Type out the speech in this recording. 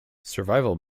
survival